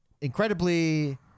incredibly